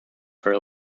her